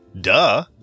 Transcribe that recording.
Duh